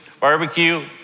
Barbecue